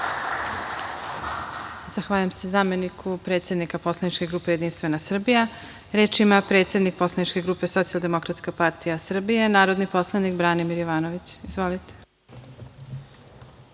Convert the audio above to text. Zahvaljujem se zameniku predsednika poslaničke grupe Jedinstvena Srbija. Reč ima predsednik poslaničke grupe Socijaldemokratska partija Srbije, narodni poslanik Branimir Jovanović. Izvolite.